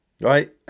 right